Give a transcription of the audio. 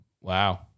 Wow